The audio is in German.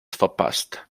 verpasst